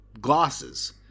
glasses